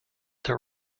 the